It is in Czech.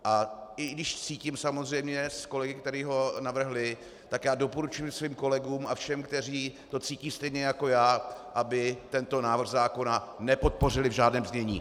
A i když cítím s kolegy, kteří ho navrhli, tak já doporučuji svým kolegům a všem, kteří to cítí stejně jako já, aby tento návrh zákona nepodpořili v žádném znění.